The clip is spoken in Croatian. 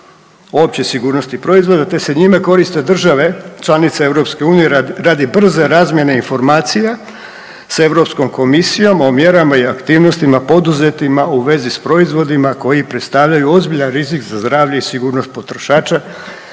Opće sigurnosti proizvoda te se njime koriste države članice EU radi brze razmjene informacija sa Europskom komisijom o mjerama i aktivnostima poduzetima u vezi s proizvodima koji predstavljaju ozbiljan rizik za zdravlje i sigurnost potrošača